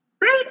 great